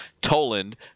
toland